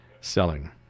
selling